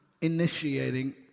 initiating